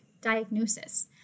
diagnosis